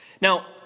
Now